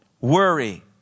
Worry